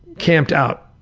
camped out